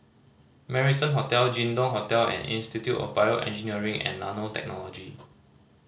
Marrison Hotel Jin Dong Hotel and Institute of BioEngineering and Nanotechnology